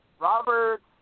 Robert